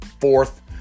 fourth